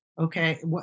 Okay